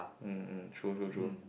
mm true true true